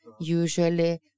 usually